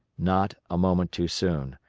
not a moment too soon,